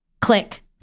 click